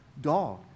dog